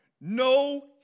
no